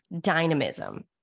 dynamism